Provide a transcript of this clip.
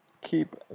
keep